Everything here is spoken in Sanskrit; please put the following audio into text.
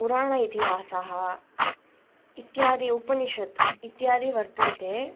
पुराण इतिहासः इत्यादि उपनिषद् इत्यादि वर्तन्ते